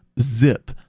zip